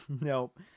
Nope